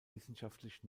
wissenschaftlich